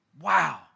Wow